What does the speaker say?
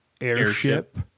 airship